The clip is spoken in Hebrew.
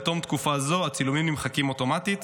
בתום תקופה זו הצילומים נמחקים אוטומטית.